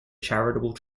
charitable